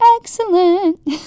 excellent